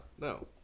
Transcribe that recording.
no